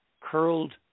curled